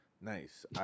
Nice